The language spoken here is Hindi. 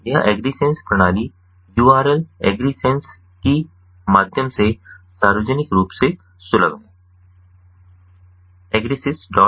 यह एग्रीसेंस प्रणाली URL एग्री सीस के माध्यम से सार्वजनिक रूप से सुलभ है agrisysiitkgpacin